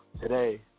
today